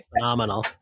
Phenomenal